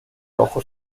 rojo